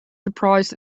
surprised